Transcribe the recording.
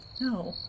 No